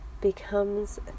becomes